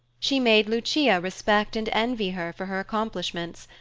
she made lucia respect and envy her for her accomplishments,